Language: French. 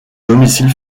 domicile